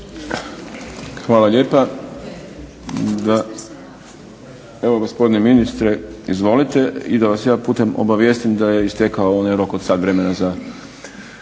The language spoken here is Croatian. Hvala lijepa. Gospodine ministre izvolite. I da vas ja putem obavijestim da je istekao onaj rok od sat vremena za